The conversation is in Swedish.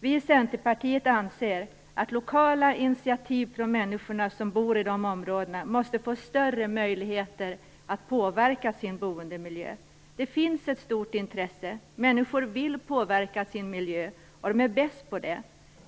Vi i centerpartiet anser att de människor som bor i dessa områden måste få större möjligheter att påverka sin boendemiljö. Det finns ett stort intresse. Människor vill påverka sin miljö, vilket de är bäst på.